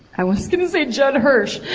i was gonna say judd hirsch.